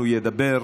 הוא ידבר.